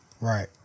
Right